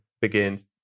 begins